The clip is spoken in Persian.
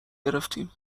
گرفتیم